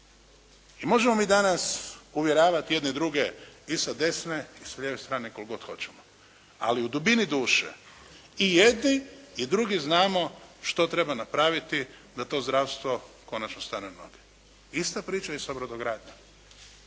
I možemo mi danas uvjeravati jedni druge i sa desne i sa lijeve strane koliko god hoćemo, ali u dubini duše i jedni i drugi znamo što treba napraviti da to zdravstvo konačno stane na noge. Ista priča je i sa brodogradnjom.